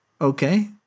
Okay